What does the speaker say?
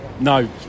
No